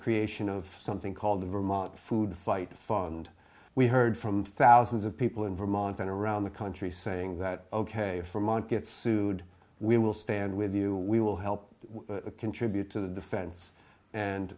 creation of something called the vermont food fight fund we heard from thousands of people in vermont and around the country saying that ok for a moment get food we will stand with you we will help contribute to the defense and